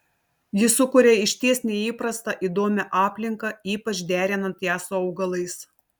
ji sukuria išties neįprastą įdomią aplinką ypač derinant ją su augalais